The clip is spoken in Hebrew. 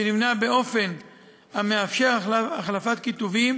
שנבנה מראש באופן המאפשר החלפת כיתובים